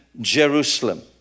Jerusalem